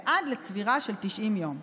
ועד לצבירה של 90 יום,